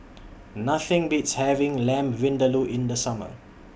Nothing Beats having Lamb Vindaloo in The Summer